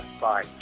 bye